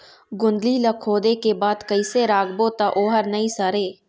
गोंदली ला खोदे के बाद कइसे राखबो त ओहर नई सरे?